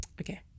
okay